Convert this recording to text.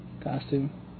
costume